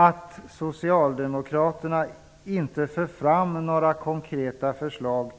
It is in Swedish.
Att socialdemokraterna inte för fram några konkreta förslag